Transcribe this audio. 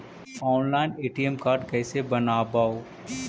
Online ATM card कैसे बनाबौ?